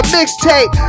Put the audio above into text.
mixtape